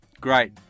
great